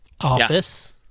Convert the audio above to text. office